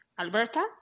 alberta